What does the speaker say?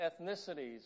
ethnicities